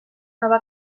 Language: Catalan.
nova